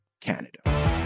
canada